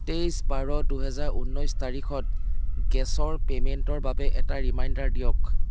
তেইছ বাৰ দুহেজাৰ ঊনৈছ তাৰিখত গেছৰ পে'মেণ্টৰ বাবে এটা ৰিমাইণ্ডাৰ দিয়ক